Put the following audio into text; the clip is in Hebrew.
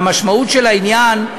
המשמעות של העניין,